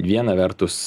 vieną vertus